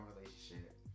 relationship